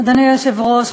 אדוני היושב-ראש,